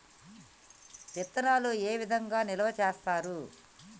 విత్తనాలు ఏ విధంగా నిల్వ చేస్తారు?